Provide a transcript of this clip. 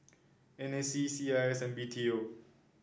N A C C I S and B T O